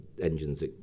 engines